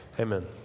Amen